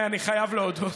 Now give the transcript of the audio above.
אני חייב להודות.